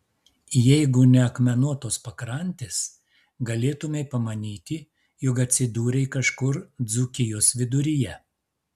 jeigu ne akmenuotos pakrantės galėtumei pamanyti jog atsidūrei kažkur dzūkijos viduryje